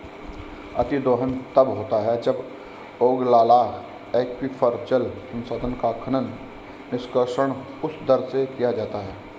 अतिदोहन तब होता है जब ओगलाला एक्वीफर, जल संसाधन का खनन, निष्कर्षण उस दर से किया जाता है